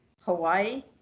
Hawaii